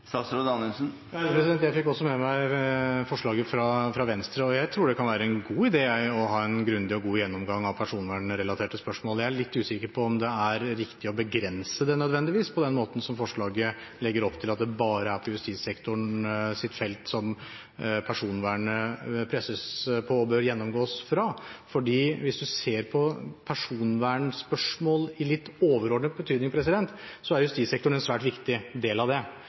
Jeg fikk også med meg forslaget fra Venstre, og jeg tror det kan være en god idé å ha en grundig og god gjennomgang av personvernrelaterte spørsmål. Jeg er litt usikker på om det nødvendigvis er riktig å begrense det på den måten som forslaget legger opp til – at det bare er på justissektorens felt personvernet presses, og der det bør gjennomgås – for hvis en ser på personvernspørsmål i litt overordnet betydning, så er justissektoren en svært viktig del av det,